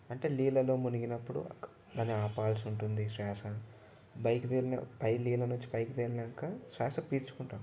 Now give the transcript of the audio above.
అంటే నీళ్ళలో మునిగినప్పుడు దాని ఆపాల్సి ఉంటుంది శ్వాస పైకి తేలిన నీళ్ళనుంచి పైకి తేలినాక శ్వాస పీల్చుకుంటారు